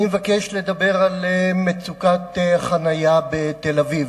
אני מבקש לדבר על מצוקת חנייה בתל-אביב.